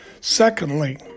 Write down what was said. Secondly